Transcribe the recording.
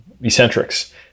eccentrics